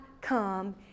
come